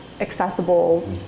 accessible